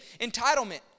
entitlement